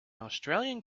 australian